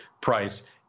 price